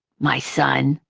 my son.